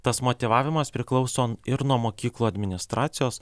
tas motyvavimas priklauso ir nuo mokyklų administracijos